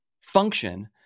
function